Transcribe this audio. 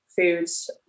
foods